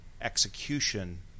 execution